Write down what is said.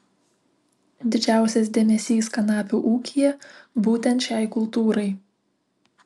didžiausias dėmesys kanapių ūkyje būtent šiai kultūrai